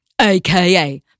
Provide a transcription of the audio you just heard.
aka